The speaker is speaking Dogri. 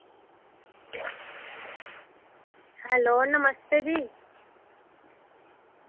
हैलो नमस्ते जी